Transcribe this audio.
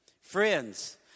Friends